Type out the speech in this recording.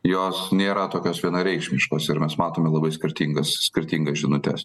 jos nėra tokios vienareikšmiškos ir mes matome labai skirtingas skirtingas žinutes